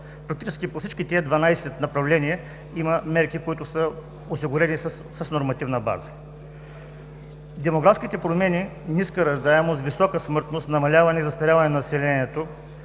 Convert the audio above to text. Практически по всички тези 12 направления има мерки, които са осигурени с нормативна база. Демографските промени – ниска раждаемост, висока смъртност, намаляване и застаряване на населението,